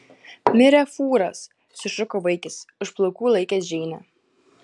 mirė fūras sušuko vaikis už plaukų laikęs džeinę